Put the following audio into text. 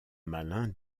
malin